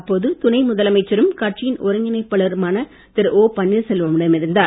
அப்போது துணை முதலமைச்சரும் கட்சியின் ஒருங்கிணைப்பாளருமான திரு ஒ பன்னீர்செல்வம் உடன் இருந்தார்